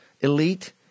elite